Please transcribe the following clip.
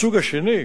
הסוג השני,